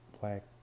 black